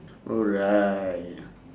alright